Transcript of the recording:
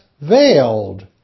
veiled